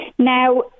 Now